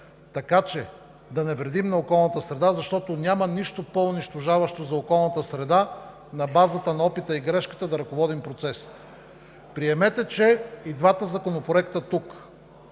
така че да не вредим на околната среда, защото няма нищо по-унищожаващо за околната среда на базата на опита и грешката да ръководим процесите. Приемете, че и двата законопроекта тук,